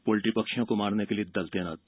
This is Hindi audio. पोल्ट्री पक्षियों को मारने के लिए दल तैनात